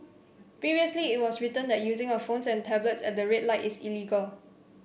previously it was written that using of phones and tablets at the red light is illegal